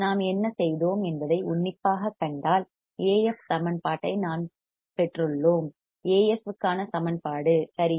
நாம் என்ன செய்தோம் என்பதை உன்னிப்பாகக் கண்டால் Af சமன்பாட்டை நாம் பெற்றுள்ளோம் Af க்கான சமன்பாடு சரியா